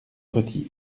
retire